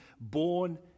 born